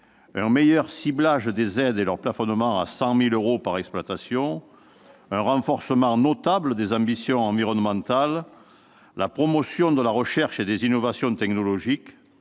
un meilleur ciblage des aides et leur plafonnement à 100 000 euros par exploitation ; un renforcement notable des ambitions environnementales ; la promotion de la recherche et des innovations technologiques